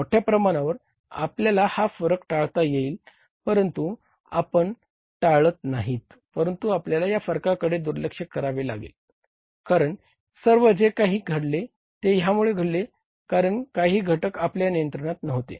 मोठ्या प्रमाणावर आपल्याला हा फरक टाळता येईल परंतु आपण टाळत नाहीत परंतु आपल्याला या फरकाकडे दुर्लक्ष करावे लागेल कारण हे सर्व जे काही घडले ते ह्यामुळे घडले कारण काही घटक आपल्या नियंत्रणात नव्हते